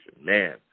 man